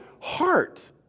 heart